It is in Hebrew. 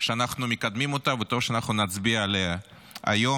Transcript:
שאנחנו מקדמים אותה וטוב שאנחנו נצביע עליה היום.